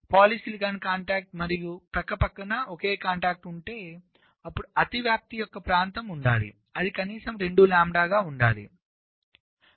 కాబట్టి polysilicon contact మరియు ప్రక్క ప్రక్కన ఒక కాంటాక్ట్ ఉంటే అప్పుడు అతివ్యాప్తి యొక్క ప్రాంతం ఉండాలి అది కనీసం 2 లాంబ్డా ఉండాలి